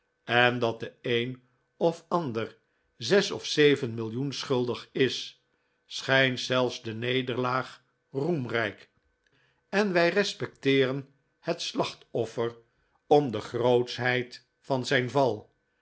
en dat de een of ander zes of zeven millioen schuldig is schijnt zelfs de nederlaag roemrijk en wij respecteeren het slachtoffer om de grootschheid van zijn val